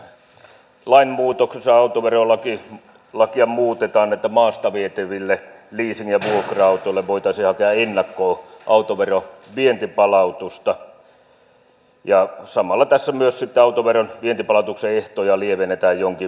kyseisessä lainmuutoksessa autoverolakia muutetaan että maasta vietäville leasing ja vuokra autoille voitaisiin hakea ennakkoon autoveron vientipalautusta ja samalla tässä myös sitten autoveron vientipalautuksen ehtoja lievennetään jonkin verran